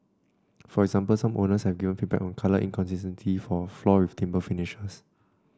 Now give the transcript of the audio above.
for example some owners have given feedback on colour inconsistencies for floors with timber finishes